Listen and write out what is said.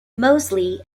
moseley